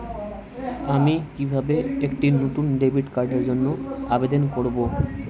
আমি কিভাবে একটি নতুন ডেবিট কার্ডের জন্য আবেদন করব?